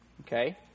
Okay